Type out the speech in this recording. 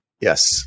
Yes